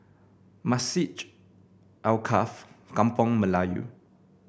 Masjid Alkaff Kampung Melayu